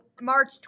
March